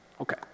Okay